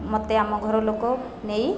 ମୋତେ ଆମ ଘର ଲୋକ ନେଇ